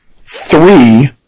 three